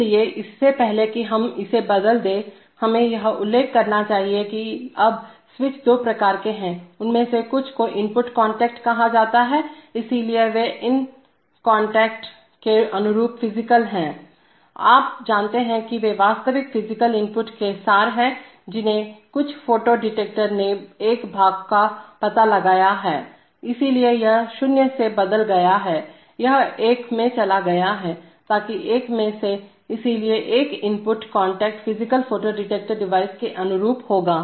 इसलिए इससे पहले कि हम इसे बदल दें हमें यह उल्लेख करना चाहिए कि अब स्विच दो प्रकार के हैं उनमें से कुछ को इनपुट कांटेक्ट कहा जाता है इसलिए वे इन कांटेक्ट के अनुरूप फिजिकल हैं आप जानते हैं कि वे वास्तविक फिजिकल इनपुट के सार हैं जैसे कुछ फोटो डिटेक्टर ने एक भाग का पता लगाया है इसलिए यह 0 से बदल गया है यह एक में चला गया है ताकि एक में से इसलिए एक input contact physical photo detector device के अनुरूप होगा